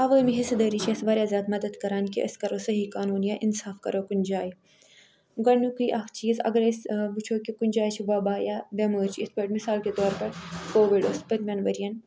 عوٲمی حِصہٕ دٲری چھِ اَسہِ وارِیاہ زیادٕ مدد کَران کہِ أسۍ کَرو صحیح قانوٗن یا اِنصاف کَرو کُنہٕ جاے گۄڈنیُکُے اکھ چیٖز اگر أسۍ وٕچھو کہِ کُنہِ جاے چھِ وبا یا بٮ۪مٲرۍ چھِ یِتھ پٲٹھۍ مِثال کے طور پر کووِڈ اوس پٔتۍمٮ۪ن ؤرِیَن